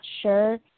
sure